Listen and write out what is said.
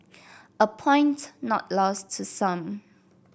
a point not lost to some